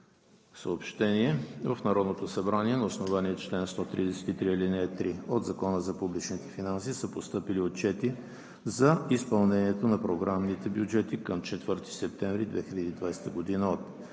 В Народното събрание на основание чл. 133, ал 3 от Закона за публичните финанси са постъпили отчети за изпълнението на програмните бюджети към 4 септември 2020 г.